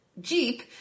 Jeep